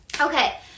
okay